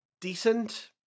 decent